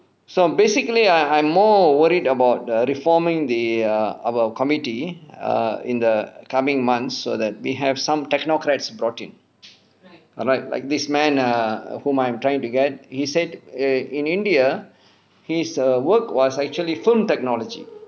so basically I I'm more worried about err reforming the err about committee err in the coming months so that we have some technocrats brought in right like this man err whom I'm trying to get he said in in india he's err work was actually phone technology